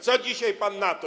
Co dzisiaj pan na to?